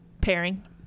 Pairing